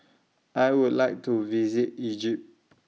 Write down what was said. I Would like to visit Egypt